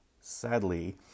sadly